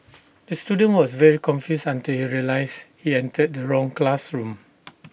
the student was very confused until he realised he entered the wrong classroom